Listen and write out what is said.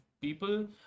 people